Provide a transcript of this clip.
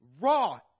raw